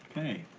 okay,